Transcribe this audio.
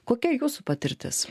kokia jūsų patirtis